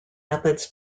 methods